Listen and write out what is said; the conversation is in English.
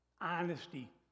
honesty